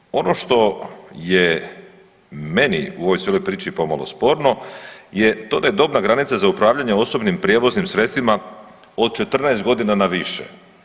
Dakle, ono što je meni u ovoj cijeloj priči pomalo sporno je to da je dobna granica za upravljanje osobnim prijevoznim sredstvima od 14 godina na više.